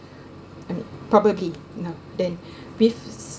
and probably no then with